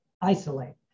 isolate